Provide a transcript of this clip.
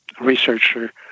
researcher